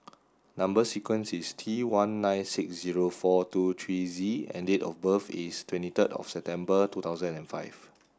number sequence is T one nine six zero four two three Z and date of birth is twenty third of September two thousand and five